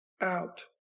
out